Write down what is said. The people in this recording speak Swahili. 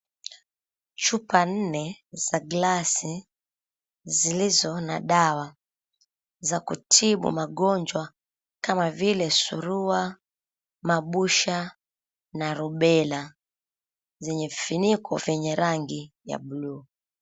Chupa nne za glasi zilizo na dawa za kutibu magonjwa kama vile surua, mabusha na Rubella zenye vifuniko venye rangi ya buluu.